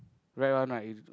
right one